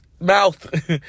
mouth